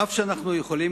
אף שאנחנו יכולים,